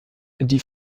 die